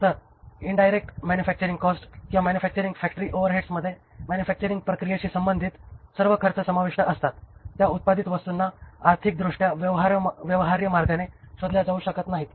तर indirect manufacturing cost किंवा manufacturing factory ओव्हरहेड्समध्ये मॅन्युफॅक्चरिंग प्रक्रियेशी संबंधित सर्व खर्च समाविष्ट असतात ज्या उत्पादित वस्तूंना आर्थिकदृष्ट्या व्यवहार्य मार्गाने शोधल्या जाऊ शकत नाहीत